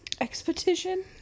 Expedition